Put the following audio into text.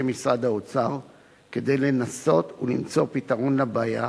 משרד האוצר כדי לנסות ולמצוא פתרון לבעיה.